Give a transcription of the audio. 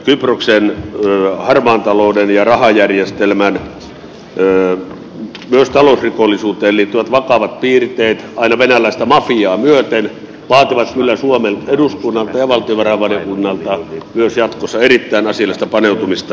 kyproksen harmaan talouden ja rahajärjestelmän myös talousrikollisuuteen liittyvät vakavat piirteet aina venäläistä mafiaa myöten vaativat kyllä suomen eduskunnalta ja valtiovarainvaliokunnalta myös jatkossa erittäin asiallista paneutumista